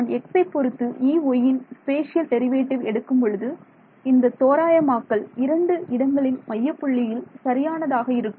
நான் x ஐ பொருத்து Eyயின் ஸ்பேசியல் டெரிவேட்டிவ் எடுக்கும்பொழுது இந்த தோராயமாக்கல் இரண்டு இடங்களின் மையப்புள்ளியில் சரியானதாக இருக்கும்